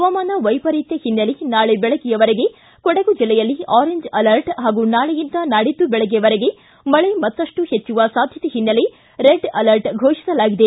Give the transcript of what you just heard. ಪವಾಮಾನ ವೈಪರೀತ್ಯ ಹಿನ್ನೆಲೆ ನಾಳೆ ಬೆಳಗ್ಗೆಯವರೆಗೆ ಕೊಡಗು ಜಿಲ್ಲೆಯಲ್ಲಿ ಅರೆಂಜ್ ಅಲರ್ಟ್ ಹಾಗೂ ನಾಳೆಯಿಂದ ನಾಡಿದ್ದು ಬೆಳಗ್ಗೆವರೆಗೆ ಮಳೆ ಮತ್ತಷ್ಟು ಹೆಚ್ಚುವ ಸಾಧ್ಯತೆ ಹಿನ್ನೆಲೆ ರೆಡ್ ಅಲರ್ಟ್ ಘೋಷಿಸಲಾಗಿದೆ